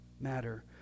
matter